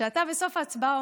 שבו אתה אומר בסוף ההצבעה: